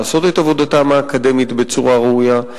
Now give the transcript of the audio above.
לעשות את עבודתם האקדמית בצורה ראויה,